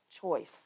choice